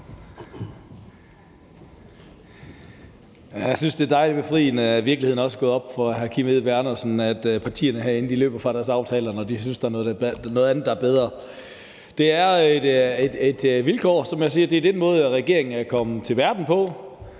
Jeg synes, det er dejligt befriende, at virkeligheden også er gået op for hr. Kim Edberg Andersen, nemlig at partierne herinde løber fra deres aftaler, når de synes, der er noget andet, der er bedre. Det er et vilkår, og det er den måde, regeringen er kommet til verden på.